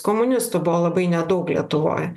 komunistų buvo labai nedaug lietuvoj